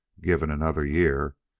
given another year,